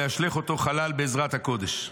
וישלך אותו חלל בעזרת הקודש.